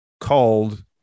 called